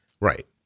Right